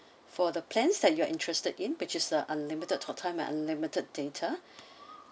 for the plans that you are interested in which is the unlimited talk time and unlimited data